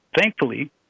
Thankfully